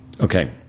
Okay